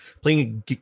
playing